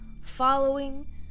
following